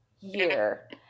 year